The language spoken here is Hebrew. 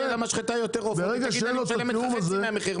אם יהיה למשחטה יותר עופות היא תגיד: אני משלמת לך חצי מהמחיר,